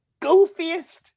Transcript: goofiest